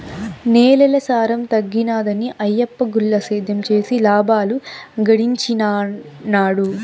నేలల సారం తగ్గినాదని ఆయప్ప గుల్ల సేద్యం చేసి లాబాలు గడించినాడు